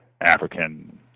African